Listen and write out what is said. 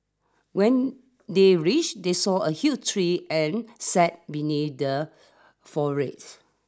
when they reached they saw a huge tree and sat beneath the forage